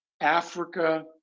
Africa